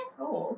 no